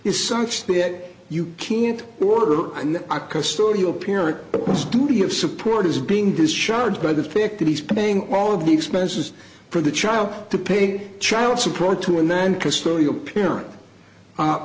is such that you can't order on a custodial parent this duty of support is being discharged by the fact that he's paying all of the expenses for the child to pay child support to a non custodial parent u